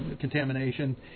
contamination